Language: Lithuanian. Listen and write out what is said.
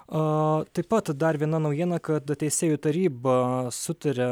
o taip pat dar viena naujiena kad teisėjų taryba sutarė